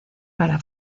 para